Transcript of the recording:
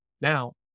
Now